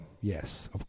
yes